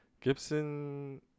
Gibson